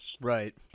right